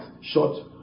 short